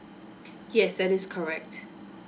yes that is correct